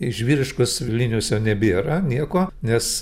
iš vyriškos linijos jau nebėra nieko nes